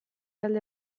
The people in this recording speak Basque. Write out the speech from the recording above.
alde